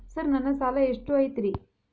Sir ನನ್ನ ಸಾಲಾ ಎಷ್ಟು ಐತ್ರಿ?